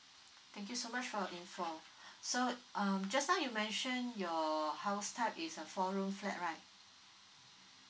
thank you so much for your info so um just now you mentioned your house type is a four room flat right